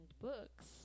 books